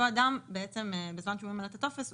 אותו אדם, בזמן שהוא ממלא את הטופס,